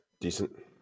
decent